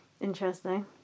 interesting